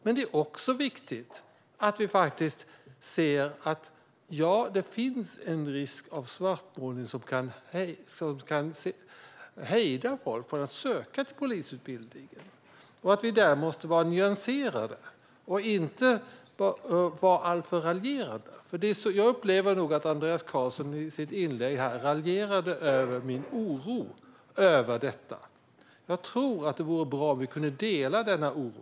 Men det är också viktigt att vi ser att det finns risk för svartmålning som kan hejda folk från att söka till polisutbildningen och att vi där måste vara nyanserade och inte alltför raljerande. Jag upplever att Andreas Carlson i sitt anförande här raljerade över min oro över detta. Jag tror att det vore bra om vi kunde dela denna oro.